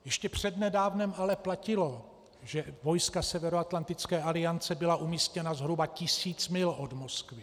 Ještě přednedávnem ale platilo, že vojska Severoatlantické aliance byla umístěna zhruba tisíc mil od Moskvy.